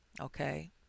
okay